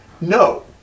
No